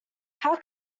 how